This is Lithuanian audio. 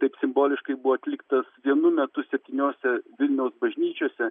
taip simboliškai buvo atliktas vienu metu septyniose vilniaus bažnyčiose